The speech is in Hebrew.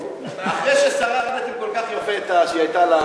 אחרי ששרדתם כל כך יפה כשהיא הייתה על,